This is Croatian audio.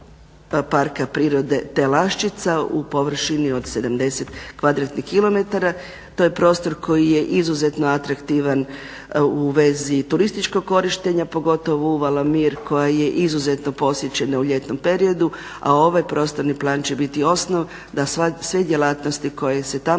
u površini od 70 kvadratnih km. To je prostor koji je izuzetno atraktivan u vezi turističkog korištenja, pogotovo uvala Mir koja je izuzetno posjećena u ljetnom periodu. A ovaj prostorni plan će biti osnov da sve djelatnosti koje se tamo